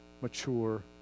mature